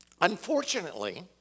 Unfortunately